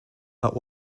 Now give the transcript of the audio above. but